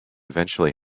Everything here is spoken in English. eventually